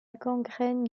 gangrène